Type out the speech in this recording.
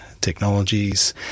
technologies